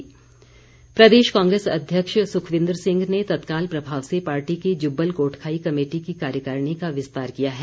नियुक्ति प्रदेश कांग्रेस अध्यक्ष सुखविन्दर सिंह ने तत्काल प्रभाव से पार्टी की जुब्बल कोटखाई कमेटी की कार्यकारिणी का विस्तार किया है